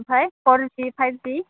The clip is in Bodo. ओमफ्राय फर जि फाइभ जि